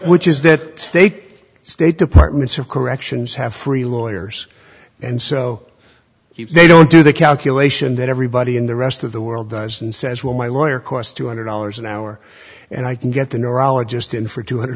which is that state state departments of corrections have free lawyers and so if they don't do the calculation that everybody in the rest of the world does and says well my lawyer course two hundred dollars an hour and i can get the neurologist in for two hundred